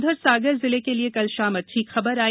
उधर सागर जिले के लिए कल शाम अच्छी खबर आई